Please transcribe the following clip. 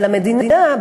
אבל המדינה,